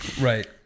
right